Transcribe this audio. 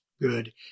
good